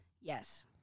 Yes